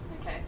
okay